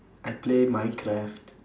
I play minecraft